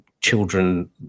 children